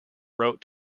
wrote